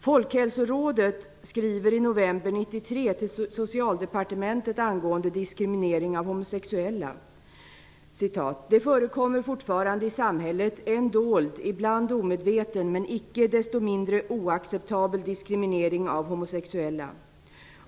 Folkhälsorådet skrev i november 1993 till Socialdepartementet angående diskriminering av homosexuella: ''Det förekommer fortfarande i samhället en dold, ibland omedveten, men inte desto mindre oacceptabel diskriminering av homosexuella.